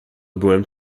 byłem